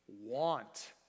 want